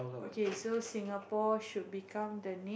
okay so Singapore should become the next